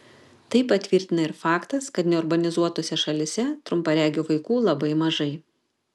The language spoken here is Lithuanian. tai patvirtina ir faktas kad neurbanizuotose šalyse trumparegių vaikų labai mažai